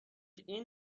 این